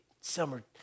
summer